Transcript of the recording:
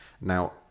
Now